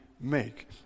make